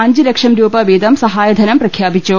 അഞ്ച് ലക്ഷംരൂപ വീതം സഹായധനം പ്രഖ്യാപിച്ചു